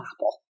apple